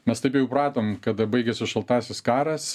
mes taip jau įpratom kada baigėsi šaltasis karas